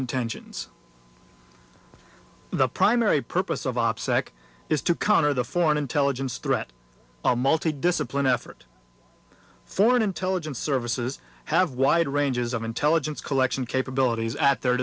intentions the primary purpose of opsec is to counter the foreign intelligence threat multi discipline effort foreign intelligence services have wide ranges of intelligence collection capabilities at their